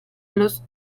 los